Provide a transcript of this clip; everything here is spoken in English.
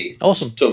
Awesome